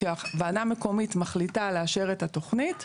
שהוועדה המקומית מחליטה לאשר את התכנית,